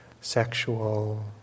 sexual